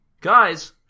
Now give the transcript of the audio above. Guys